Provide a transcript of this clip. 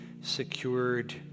secured